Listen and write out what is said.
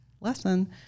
lesson